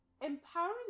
empowering